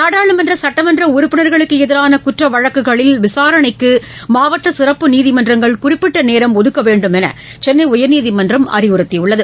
நாடாளுமன்ற சட்டமன்ற உறுப்பினர்களுக்கு எதிரான குற்ற வழக்குகளில் விசாரணைக்கு மாவட்ட சிறப்பு நீதிமன்றங்கள் குறிப்பிட்ட நேரம் ஒதுக்க வேண்டும் என சென்னை உயர்நீதிமன்றம் அறிவுறுத்தியுள்ளது